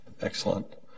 Excellent